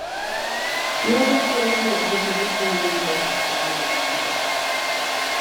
juos dažnai rengia džihadistų judėjimas islamo valstybė